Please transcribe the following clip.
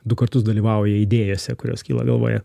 du kartus dalyvauja idėjose kurios kyla galvoje